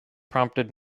prompted